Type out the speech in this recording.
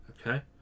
okay